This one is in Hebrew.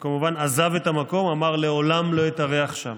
הוא כמובן עזב את המקום ואמר שלעולם לא יתארח שם.